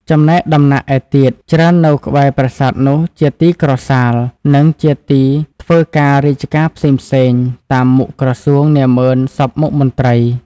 ចំណែកដំណាក់ឯទៀតច្រើននៅកែ្បរប្រាសាទនោះជាទីក្រសាល និងជាទីធ្វើការរាជការផេ្សងៗ តាមមុខក្រសួងនាហ្មឺនសព្វមុខមន្រ្តី។